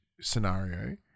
scenario